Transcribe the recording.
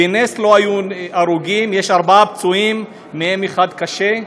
בנס לא היו הרוגים, יש ארבעה פצועים, מהם אחד קשה.